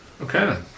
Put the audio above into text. Okay